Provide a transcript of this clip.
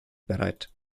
bereit